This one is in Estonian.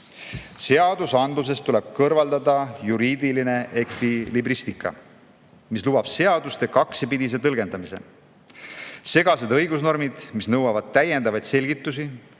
Seadusandlusest tuleb kõrvaldada juriidiline ekvilibristika, mis lubab seaduste kaksipidise tõlgendamise. Segased õigusnormid, mis nõuavad täiendavaid selgitusi